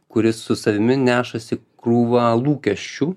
kuris su savimi nešasi krūvą lūkesčių